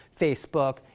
Facebook